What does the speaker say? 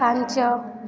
ପାଞ୍ଚ